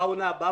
בעונה הבאה,